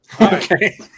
Okay